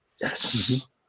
Yes